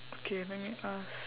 okay let me ask